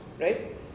right